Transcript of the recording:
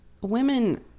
Women